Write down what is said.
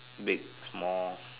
big small